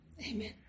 Amen